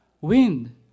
wind